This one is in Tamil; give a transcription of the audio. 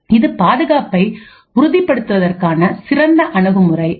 இது பாதுகாப்பை உறுதிப்படுத்துவதற்கான சிறந்த அணுகுமுறை அல்ல